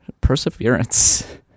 Perseverance